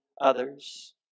others